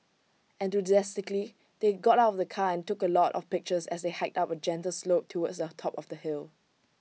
enthusiastically they got out of the car and took A lot of pictures as they hiked up A gentle slope towards the top of the hill